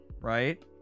Right